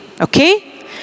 Okay